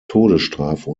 todesstrafe